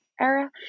era